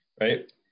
Right